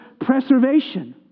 preservation